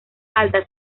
alta